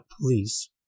police